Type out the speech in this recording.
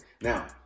now